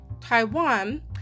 Taiwan